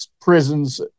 prisons